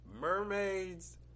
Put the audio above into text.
mermaids